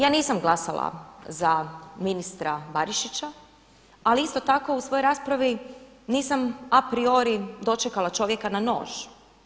Ja nisam glasala za ministra Barišića, ali isto tako u svojoj raspravi nisam a priori dočekala čovjeka na nož.